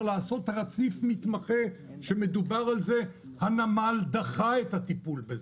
לעשות רציף מתמחה ומדובר על זה הנמל דחה את הטיפול בזה,